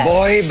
Boy